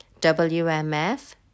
WMF